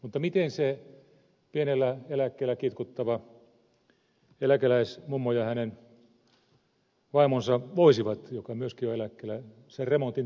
mutta miten se pienellä eläkkeellä kitkuttava eläkeläismummo ja hänen puolisonsa joka myöskin on eläkkeellä voisivat sen remontin tehdä